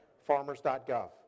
farmers.gov